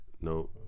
No